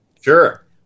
Sure